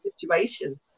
situation